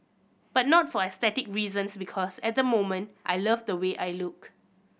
but not for aesthetic reasons because at the moment I love the way I look